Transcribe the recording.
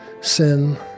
sin